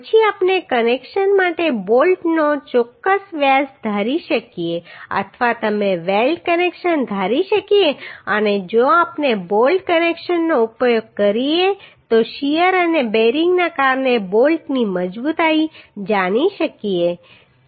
પછી આપણે કનેક્શન માટે બોલ્ટનો ચોક્કસ વ્યાસ ધારી શકીએ અથવા તમે વેલ્ડ કનેક્શન ધારી શકીએ અને જો આપણે બોલ્ટ કનેક્શનનો ઉપયોગ કરીએ તો શીયર અને બેરિંગને કારણે બોલ્ટની મજબૂતાઈ જાણી શકીએ છીએ